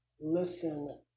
Listen